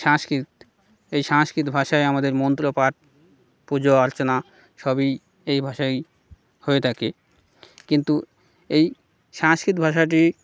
সংস্কৃত এই সংস্কৃত ভাষায় আমাদের মন্ত্রপাঠ পুজো অর্চনা সবই এই ভাষায় হয়ে থাকে কিন্তু এই সংস্কৃত ভাষাটি